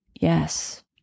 Yes